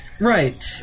Right